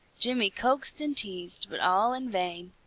jimmy coaxed and teased, but all in vain.